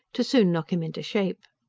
to soon knock him into shape.